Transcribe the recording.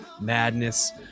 madness